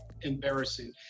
embarrassing